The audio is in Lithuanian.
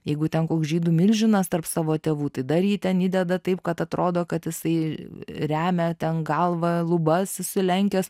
jeigu ten koks žydų milžinas tarp savo tėvų tai dar jį ten įdeda taip kad atrodo kad jisai remia ten galva lubas susilenkęs